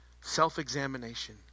Self-examination